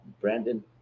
Brandon